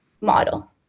model